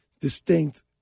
distinct